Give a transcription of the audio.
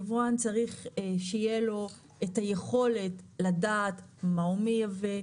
יבואן צריך שיהיה לו את היכולת לדעת מה הוא מייבא,